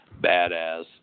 badass